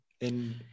in-